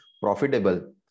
profitable